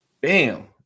Bam